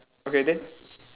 okay then